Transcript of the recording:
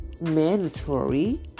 mandatory